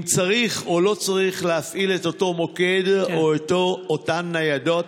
אם צריך או לא צריך להפעיל את אותו מוקד או אותן ניידות.